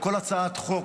בכל הצעת חוק,